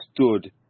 stood